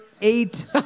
eight